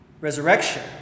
resurrection